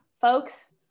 folks